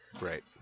Right